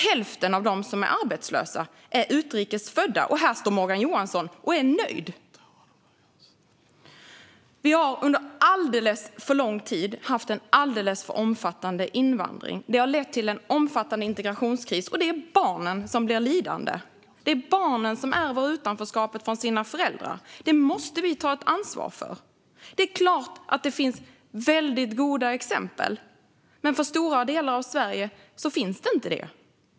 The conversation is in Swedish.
Hälften av dem som är arbetslösa är utrikes födda, och här står Morgan Johansson och är nöjd. Vi har under alldeles för lång tid haft en alldeles för omfattande invandring. Det har lett till en omfattande integrationskris, och det är barnen som blir lidande. Det är barnen som ärver utanförskapet från sina föräldrar, och det måste vi ta ansvar för. Givetvis finns det goda exempel, men i stora delar av Sverige finns det inte det.